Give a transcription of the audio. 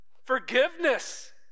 forgiveness